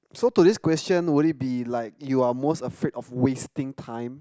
so to this question will it be like you are most afraid of wasting time